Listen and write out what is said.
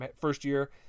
first-year